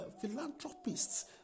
philanthropists